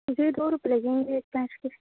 جی دو روپے لگیں گے ایک کانچ کے